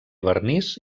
vernís